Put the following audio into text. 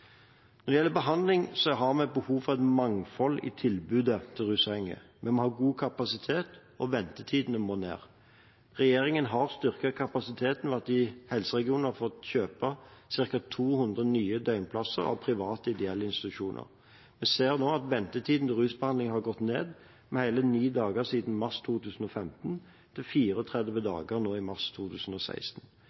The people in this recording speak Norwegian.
Når det gjelder behandling, har vi behov for et mangfold i tilbudet til rusavhengige. Vi må ha god kapasitet, og ventetidene må ned. Regjeringen har styrket kapasiteten ved at de i helseregionene har fått kjøpe ca. 200 nye døgnplasser av private ideelle organisasjoner. Vi ser nå at ventetiden for rusbehandling har gått ned med hele ni dager siden mars 2015 til 34 dager nå i mars 2016.